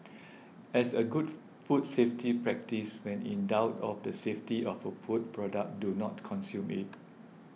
as a good food safety practice when in doubt of the safety of a food product do not consume it